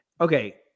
Okay